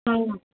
हा